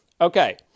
Okay